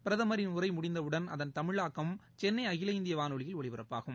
பிரதமரின் உரைமுடிந்தவுடன் அதன் தமிழாக்கம் சென்னைஅகில இந்தியவானொலியில் ஒலிபரப்பாகும்